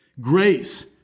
Grace